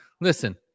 Listen